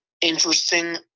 interesting